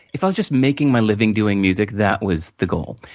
if i'm just making my living doing music, that was the goal.